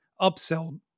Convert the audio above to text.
upsell